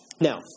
Now